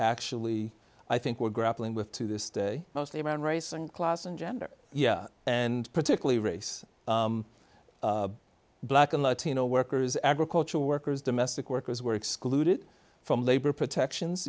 actually i think we're grappling with to this day mostly around race and class and gender yeah and particularly race black and latino workers agricultural workers domestic workers were excluded from labor protections